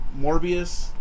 Morbius